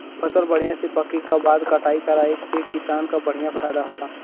फसल बढ़िया से पके क बाद कटाई कराये पे किसान क बढ़िया फयदा होला